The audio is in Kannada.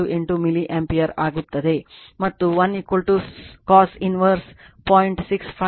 28 ಮಿಲಿ ಆಂಪಿಯರ್ ಆಗಿರುತ್ತದೆ ಮತ್ತು1 cos inverse 0